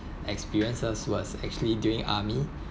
experiences was actually during army